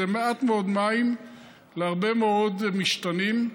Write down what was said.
זה מעט מאוד מים להרבה מאוד משתנים,